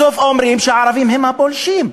בסוף אומרים שהערבים הם הפולשים.